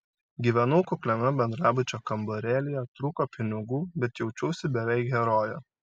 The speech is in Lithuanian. gyvenau kukliame bendrabučio kambarėlyje trūko pinigų bet jaučiausi beveik heroje